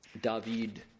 David